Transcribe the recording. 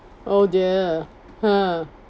oh dear ha